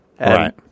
Right